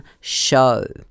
show